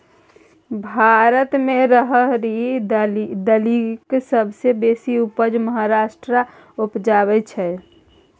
भारत मे राहरि दालिक सबसँ बेसी उपजा महाराष्ट्र उपजाबै छै